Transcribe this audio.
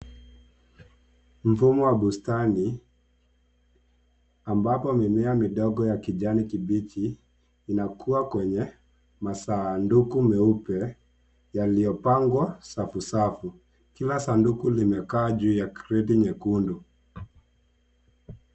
Mfumo wa bustani ambapo mimea midogo ya kijani kibichi inakua kwenye masanduku meupe yaliyopangwa safu safu. Kila sanduku limekaa juu ya kreti nyekundu.